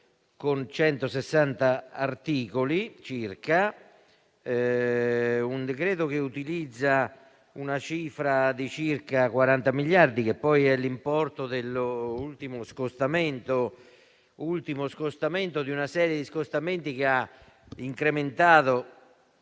con 160 articoli circa. Un decreto-legge che utilizza una cifra di circa 40 miliardi, che poi è l'importo dell'ultimo scostamento, ultimo di una serie di scostamenti che hanno incrementato